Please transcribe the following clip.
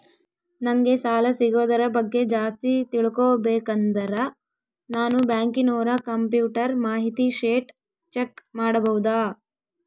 ನಂಗೆ ಸಾಲ ಸಿಗೋದರ ಬಗ್ಗೆ ಜಾಸ್ತಿ ತಿಳಕೋಬೇಕಂದ್ರ ನಾನು ಬ್ಯಾಂಕಿನೋರ ಕಂಪ್ಯೂಟರ್ ಮಾಹಿತಿ ಶೇಟ್ ಚೆಕ್ ಮಾಡಬಹುದಾ?